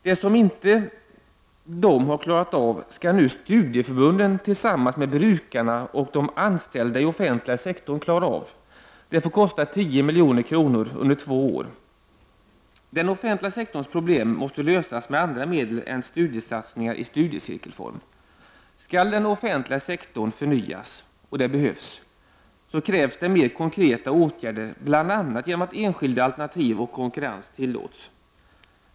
Det som inte de har klarat av skall nu studieförbunden tillsammans med brukarna och de anställda i offentliga sektorn klara av. Det får kosta 10 milj.kr. under två år. Den offentliga sektorns problem måste lösas med andra medel än studiesatsningar i studiecirkelform. Skall den offentliga sektorn förnyas, och det behövs, krävs det mer konkreta åtgärder, bl.a. genom att enskilda alternativ och konkurrens tillåts.